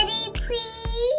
please